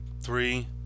Three